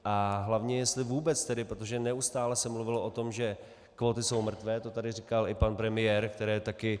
A hlavně jestli vůbec tedy, protože neustále se mluvilo o tom, že kvóty jsou mrtvé, to tady říkal i pan premiér, který taky...